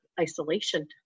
isolation